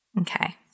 Okay